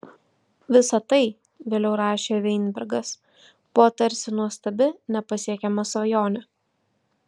visa tai vėliau rašė vainbergas buvo tarsi nuostabi nepasiekiama svajonė